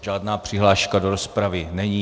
Žádná přihláška do rozpravy není.